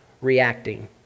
reacting